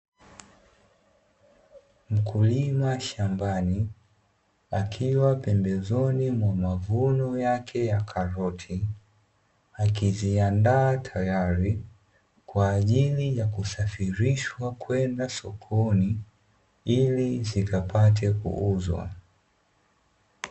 Mkulima shambani akiwa pembezoni mwa mavuno yake ya karoti, akiziandaa tayari kwa ajili ya kusafirishwa kwenda sokoni ili zikapate kuuzwa.